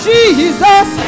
Jesus